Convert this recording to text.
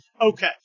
Okay